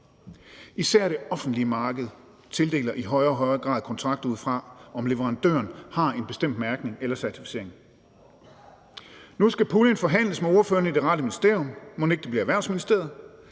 Især det offentlige marked tildeler i højere og højere grad kontrakter ud fra, om leverandøren har en bestemt mærkning eller certificering. Nu skal puljen forhandles med ordførerne i det rette ministerium – mon ikke det bliver Erhvervsministeriet?